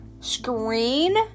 screen